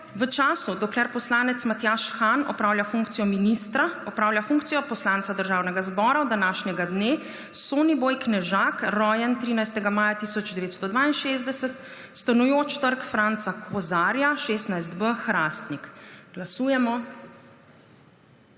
V času, dokler poslanec Matjaž Han opravlja funkcijo ministra, opravlja funkcijo poslanca Državnega zbora od današnjega dne Soniboj Knežak, rojen 13. maja 1962, stanujoč Trg Franca Kozarja 16.b, Hrastnik. Glasujemo.